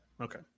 Okay